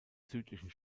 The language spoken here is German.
südlichen